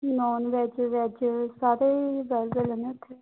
non veg veg ਸਾਰੇ ਹੀ ਦਸ ਦਿੰਦੇ ਉੱਥੇ ਆ